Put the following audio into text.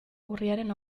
urriaren